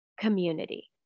community